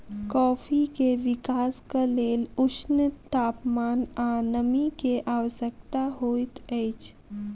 coffee के विकासक लेल ऊष्ण तापमान आ नमी के आवश्यकता होइत अछि